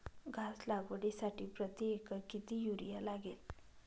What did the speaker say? घास लागवडीसाठी प्रति एकर किती युरिया लागेल?